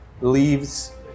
leaves